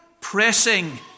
Pressing